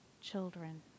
children